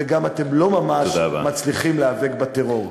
ואתם גם לא ממש מצליחים להיאבק בטרור.